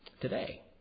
today